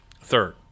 third